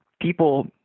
people